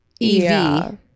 EV